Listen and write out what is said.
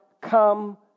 Come